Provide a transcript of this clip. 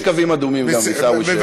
יש קווים אדומים, עיסאווי, אז תשקול דברים.